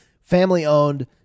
family-owned